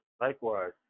Likewise